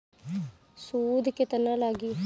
सूद केतना लागी?